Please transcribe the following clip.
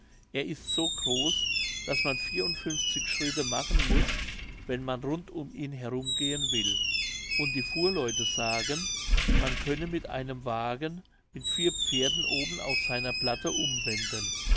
er ist so groß daß man vier und funfzig schritte machen muß wenn man rund um ihn herum gehen will und die fuhrleute sagen man könne mit einem wagen mit vier pferden oben auf seiner platte umwenden